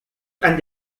han